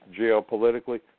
geopolitically